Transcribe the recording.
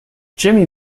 jimmy